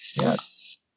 Yes